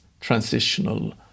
transitional